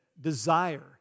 desire